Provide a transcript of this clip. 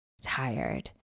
tired